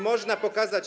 Można pokazać.